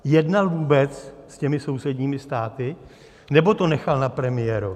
Jednal vůbec s těmi sousedními státy, nebo to nechal na premiérovi?